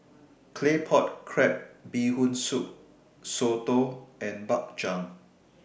Claypot Crab Bee Hoon Soup Soto and Bak Chang